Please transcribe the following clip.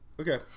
Okay